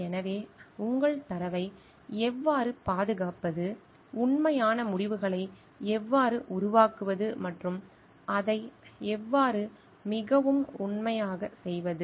எனவே உங்கள் தரவை எவ்வாறு பாதுகாப்பது உண்மையான முடிவுகளை எவ்வாறு உருவாக்குவது மற்றும் அதை எவ்வாறு மிகவும் உண்மையாகச் செய்வது